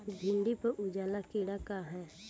भिंडी पर उजला कीड़ा का है?